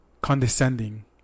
condescending